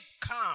come